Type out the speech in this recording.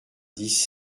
dix